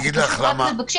אנחנו פשוט רק מבקשים